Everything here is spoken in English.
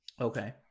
Okay